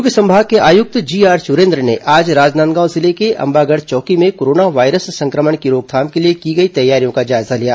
दूर्ग संभाग के आयुक्त जीआर चुरेन्द्र ने आज राजनांदगांव जिले के अंबागढ़ चौकी में कोरोना वायरस संक्रमण की रोकथाम के लिए की गई तैयारियां का जायजा लिया